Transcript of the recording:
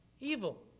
Evil